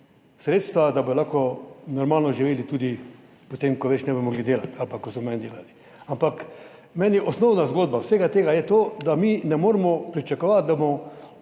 sredstva, da bodo lahko normalno živeli tudi potem, ko več ne bodo mogli delati ali pa ko so manj delali. Meni je osnovna zgodba vsega tega ta, da mi ne moremo pričakovati, mi